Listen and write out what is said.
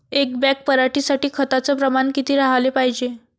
एक बॅग पराटी साठी खताचं प्रमान किती राहाले पायजे?